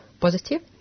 positive